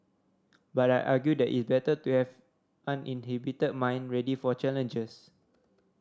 but I argue that it better to have uninhibited mind ready for challenges